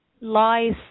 lies